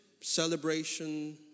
celebration